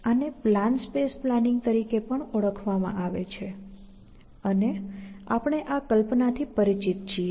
આને plan space planning તરીકે પણ ઓળખવામાં આવે છે અને આપણે આ કલ્પનાથી પરિચિત છીએ